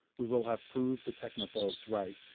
we will have proved the technophobes right.